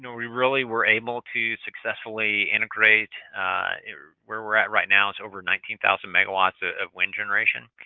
we really were able to successfully integrate where we're at right now is over nineteen thousand megawatts ah of wind generation.